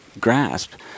grasp